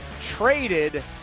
traded